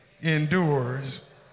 endures